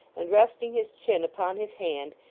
and resting his chin upon his hand,